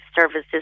services